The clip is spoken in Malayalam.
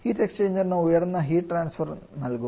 ഹിറ്റ് എക്സ്ചേഞ്ച്റിന് ഉയർന്ന ഹിറ്റ് ട്രാൻസ്ഫർ നൽകും